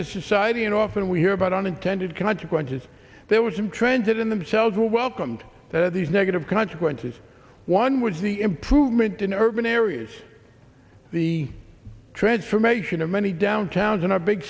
the society and often we hear about unintended consequences there were some trends in themselves who welcomed these negative consequences one would see improvement in urban areas the transformation of many downtowns in our big